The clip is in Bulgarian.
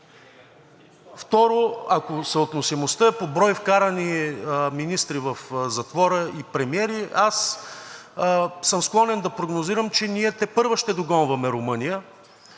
Второ, ако съотносимостта е по брой вкарани министри и премиери в затвора, аз съм склонен да прогнозирам, че ние тепърва ще догонваме Румъния